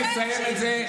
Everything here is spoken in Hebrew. אני אסייג את זה,